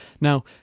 Now